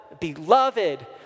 beloved